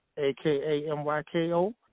A-K-A-M-Y-K-O